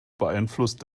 beeinflusst